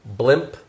blimp